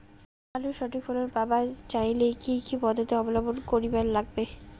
আলুর সঠিক ফলন পাবার চাইলে কি কি পদ্ধতি অবলম্বন করিবার লাগবে?